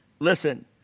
Listen